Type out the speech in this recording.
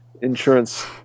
insurance